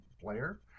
player